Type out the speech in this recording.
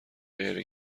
غیر